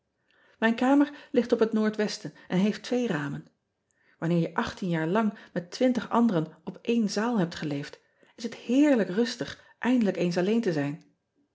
ijn kamer ligt op het oordwesten en heeft twee ramen anneer je jaar lang met twintig anderen op éen zaal hebt geleefd is het heerlijk rustig eindelijk eens alleen te zijn